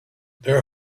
their